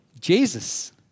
Jesus